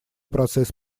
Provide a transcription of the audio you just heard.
процесс